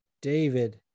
David